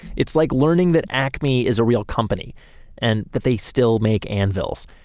it's like learning that acme is a real company and that they still make anvils.